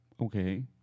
Okay